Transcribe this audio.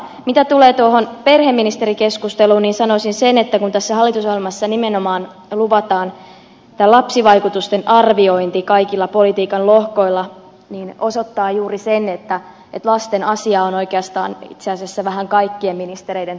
mitä tulee tuohon perheministerikeskusteluun niin sanoisin sen että kun tässä hallitusohjelmassa nimenomaan luvataan lapsivaikutusten arviointia kaikilla politiikan lohkoilla niin se osoittaa juuri sen että lasten asia on oikeastaan itse asiassa vähän kaikkien ministereiden toimialaa